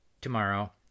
tomorrow